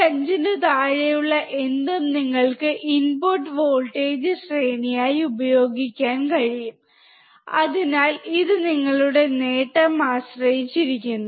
5 ന് താഴെയുള്ള എന്തും നിങ്ങൾക്ക് ഇൻപുട്ട് വോൾട്ടേജ് ശ്രേണിയായി ഉപയോഗിക്കാൻ കഴിയും അതിനാൽ ഇത് നിങ്ങളുടെ നേട്ടം ആശ്രയിച്ചിരിക്കുന്നു